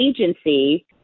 agency